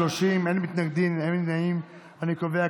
הצבעה.